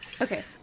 Okay